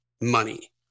money